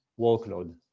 workload